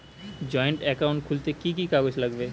Joint account খুলতে কি কি কাগজ লাগবে?